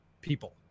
people